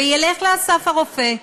וילך ל"אסף הרופא".